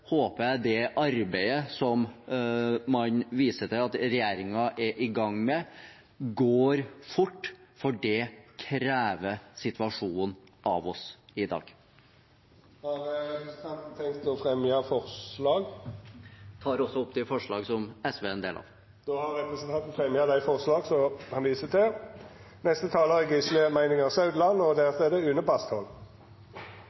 håper jeg det arbeidet som man viser til at regjeringen er i gang med, går fort, for det krever situasjonen av oss i dag. Jeg tar opp de forslag som SV er en del av. Representanten Lars Haltbrekken har teke opp dei forslaga han refererte til. Jeg vil i likhet med flere av de